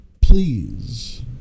please